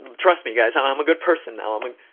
trust me, guys, i'm i'm a good person now, i'm i